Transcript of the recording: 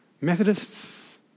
Methodists